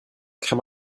kann